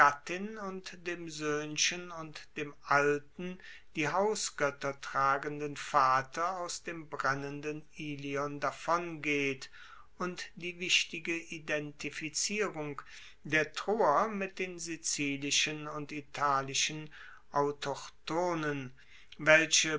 und dem soehnchen und dem alten die hausgoetter tragenden vater aus dem brennenden ilion davongeht und die wichtige identifizierung der troer mit den sizilischen und italischen autochthonen welche